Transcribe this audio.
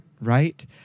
Right